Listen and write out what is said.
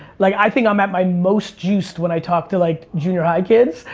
like i think i'm at my most juiced when i talk to like, junior high kids.